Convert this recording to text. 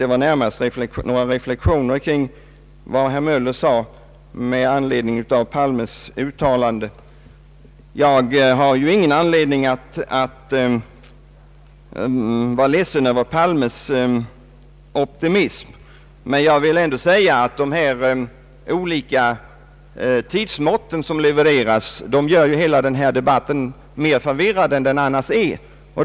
Jag ville närmast göra några reflexioner till vad herr Möller sade med anledning av herr Palmes uttalande. Jag har ingen anledning att vara ledsen över herr Palmes optimism. Men jag vill ändå säga att dessa olika tidsmått som angivits gör hela denna debatt mer förvirrad än den annars skulle vara.